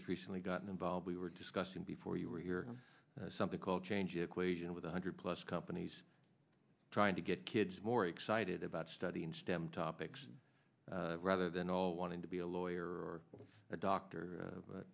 has recently gotten involved we were discussing before you were here something called change equation with one hundred plus companies trying to get kids more excited about studying stem topics rather than all wanting to be a lawyer or a doctor